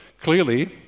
clearly